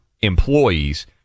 employees